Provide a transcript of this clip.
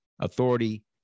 authority